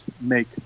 make